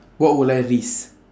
what will I risk